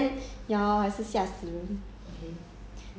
会 lah 会会 suspense mah 很多 jump scare